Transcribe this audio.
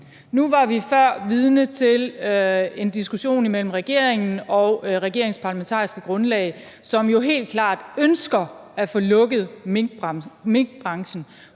Nu var vi før vidne til en diskussion mellem regeringen og regeringens parlamentariske grundlag, som jo helt klart ønsker at få lukket minkbranchen.